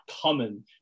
common